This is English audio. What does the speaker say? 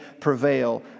prevail